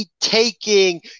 taking